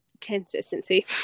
consistency